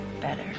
better